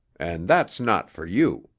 and that's not for you.